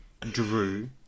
Drew